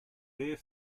bare